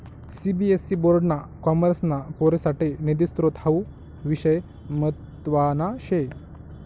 CBSE board ना कॉमर्सना पोरेससाठे निधी स्त्रोत हावू विषय म्हतवाना शे